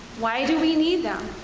why do we need them,